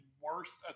worst